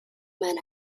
man